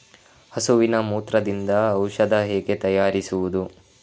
ಹಸುವಿನ ಮೂತ್ರದಿಂದ ಔಷಧ ಹೇಗೆ ತಯಾರಿಸುವುದು?